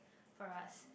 for us